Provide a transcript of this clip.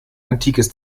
antikes